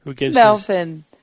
Melvin